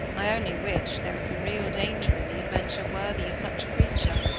i only wished there were some real danger in the adventure worthy of such a creature.